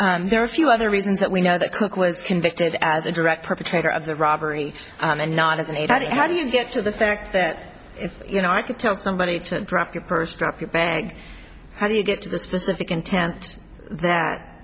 yes there are a few other reasons that we know that cooke was convicted as a direct perpetrator of the robbery and not as an aid and how do you get to the fact that if you know i could tell somebody to drop your purse drop your bag how do you get to the specific intent that